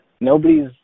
Nobody's